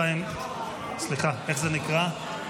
סליחה, איך זה נקרא?